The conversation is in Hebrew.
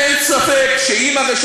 אני אמרתי שאני לא מכירה בהסתה?